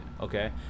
okay